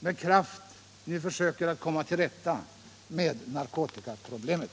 med kraft nu försöker att komma till rätta med narkotikaproblemet.